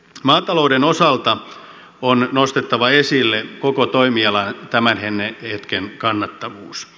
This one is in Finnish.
maatalouden osalta on nostettava esille koko toimialan tämän hetken kannattavuus